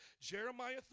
Jeremiah